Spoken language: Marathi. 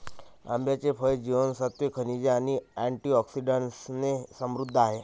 आंब्याचे फळ जीवनसत्त्वे, खनिजे आणि अँटिऑक्सिडंट्सने समृद्ध आहे